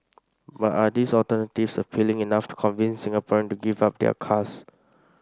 but are these alternatives appealing enough to convince Singaporeans to give up their cars